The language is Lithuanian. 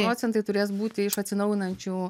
procentai turės būti iš atsinaujinančių